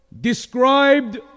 Described